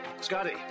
Scotty